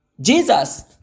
Jesus